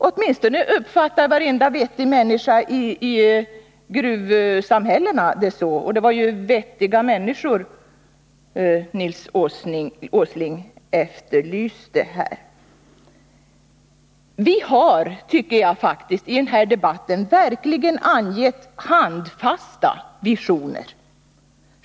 Åtminstone uppfattar varenda vettig människa i gruvsamhällena det så — och det var ju vettiga människor Nils Åsling efterlyste här. Vi har, tycker jag faktiskt, i den här debatten verkligen angett handfasta visioner.